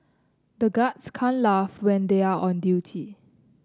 the guards can't laugh when they are on duty